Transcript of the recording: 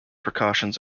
precautions